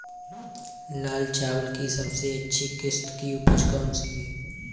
लाल चावल की सबसे अच्छी किश्त की उपज कौन सी है?